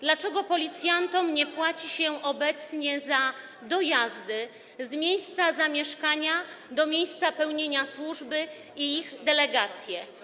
Dlaczego policjantom nie płaci się obecnie za dojazdy z miejsca zamieszkania do miejsca pełnienia służby i za delegacje?